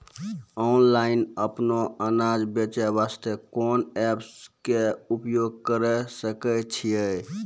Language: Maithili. ऑनलाइन अपनो अनाज बेचे वास्ते कोंन एप्प के उपयोग करें सकय छियै?